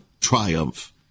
triumph